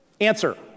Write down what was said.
Answer